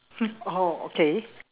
oh okay